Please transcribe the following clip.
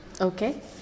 Okay